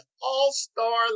all-star